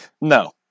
No